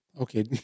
Okay